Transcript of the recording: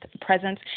presence